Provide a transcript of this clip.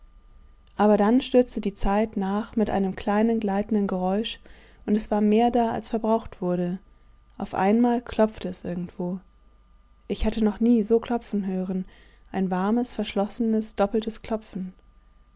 aber dann stürzte die zeit nach mit einem kleinen gleitenden geräusch und es war mehr da als verbraucht wurde auf einmal klopfte es irgendwo ich hatte noch nie so klopfen hören ein warmes verschlossenes doppeltes klopfen